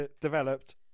developed